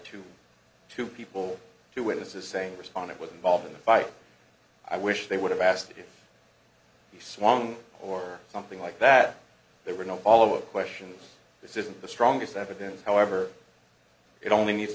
two two people two witnesses saying responded with involved in a fight i wish they would have asked if he swung or something like that there were no follow up question this isn't the strongest evidence however it only needs